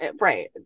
right